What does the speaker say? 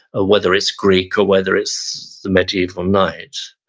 ah whether it's greek or whether it's the medieval knight.